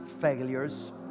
failures